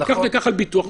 כך וכך על ביטוח.